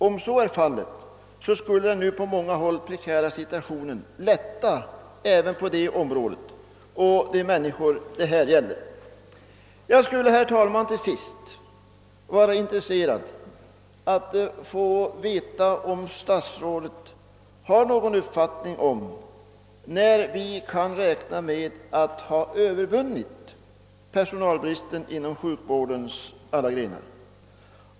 Om så är fallet, skulle den nu på många håll prekära situationen lätta även på detta område och för de människor som berörs av den. Jag skulle, herr talman, till sist vilja säga att jag vore intresserad av att veta om statsrådet har någon uppfattning om när det kan beräknas att personalbristen inom sjukvårdens alla grenar har övervunnits.